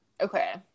okay